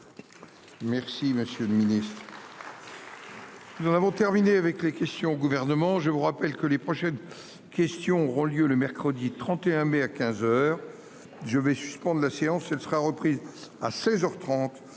Merci, monsieur le Ministre. Nous avons terminé avec les questions au gouvernement. Je vous rappelle que les prochaines questions lieu le mercredi 31 mai à 15h. Je vais suspendre la séance elle sera reprise à 16h 30